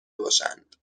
باشند